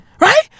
Right